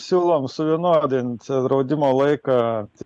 siūlom suvienodint draudimo laiką